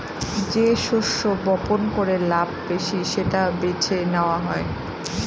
যে শস্য বপন করে লাভ বেশি সেটা বেছে নেওয়া হয়